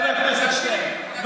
חבר הכנסת שטרן,